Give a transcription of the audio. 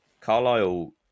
carlisle